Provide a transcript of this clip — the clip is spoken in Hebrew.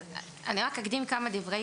אקדים כמה דברי